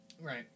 Right